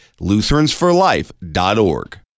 Lutheransforlife.org